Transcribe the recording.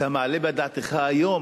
אתה מעלה בדעתך היום